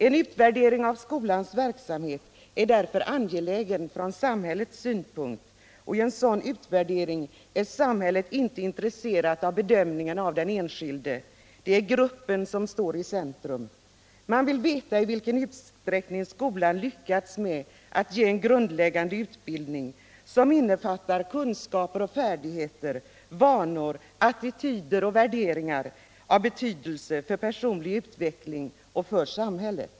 En utvärdering av skolans verksamhet är således angelägen från samhällets synpunkt. Vid en sådan utvärdering är samhället inte intresserat av bedömningarna av den enskilde individen, utan det är gruppen som står i centrum. Man vill veta i vilken utsträckning skolan lyckats med att ge en grundläggande utbildning som innefattar kunskaper och färdigheter, vanor, attityder och värderingar av betydelse för personlig utveckling och för samhället.